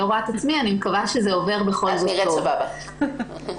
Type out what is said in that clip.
מגד, בבקשה.